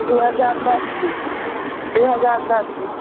दो हज़ार दस में दो हज़ार दस में